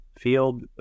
field